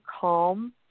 calm